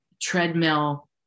treadmill